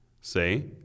Say